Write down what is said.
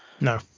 No